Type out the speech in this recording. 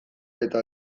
eta